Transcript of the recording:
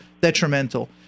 detrimental